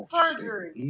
surgery